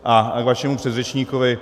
A k vašemu předřečníkovi.